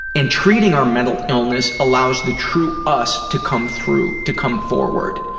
and treating our mental illness allows the true us to come through, to come forward.